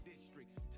district